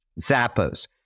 Zappos